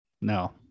No